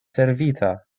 servita